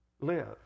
live